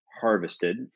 harvested